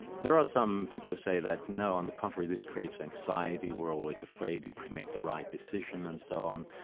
there are some people who say that no, on the contrary, this creates anxiety, we're always afraid did we make the right decision, and so on.